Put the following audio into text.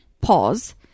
pause